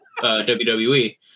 WWE